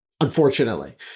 unfortunately